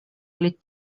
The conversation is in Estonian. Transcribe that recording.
olid